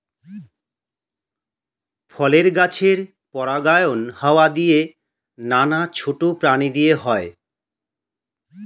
ফলের গাছের পরাগায়ন হাওয়া দিয়ে, নানা ছোট প্রাণী দিয়ে হয়